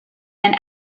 and